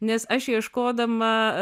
nes aš ieškodama